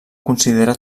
considera